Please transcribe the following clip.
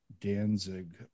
Danzig